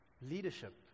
leadership